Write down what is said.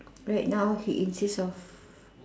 right now he insists of